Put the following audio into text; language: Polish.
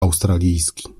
australijski